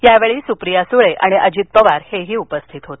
यावेळी सुप्रिया सुळे आणि अजित पवार उपस्थित होते